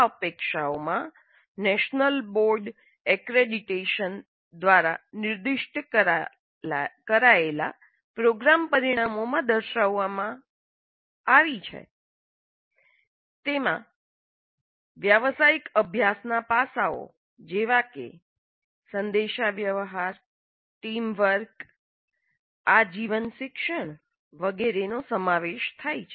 આ અપેક્ષાઓમાં national board accreditation દ્વારા નિર્દિષ્ટ કરેલા પ્રોગ્રામ પરિણામોમાં દર્શાવવામાં આવી છે તેમાં વ્યાવસાયિક અભ્યાસના પાસાઓ જેવા કે સંદેશાવ્યવહાર ટીમ વર્ક આજીવન શિક્ષણ વગેરેનો સમાવેશ થાય છે